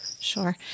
sure